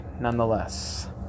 nonetheless